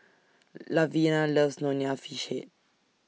Lavina loves Nonya Fish Head